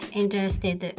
interested